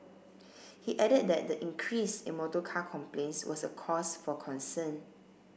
he added that the increase in motorcar complaints was a cause for concern